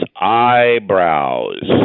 eyebrows